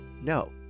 No